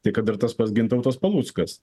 tai kad ir tas pats gintautas paluckas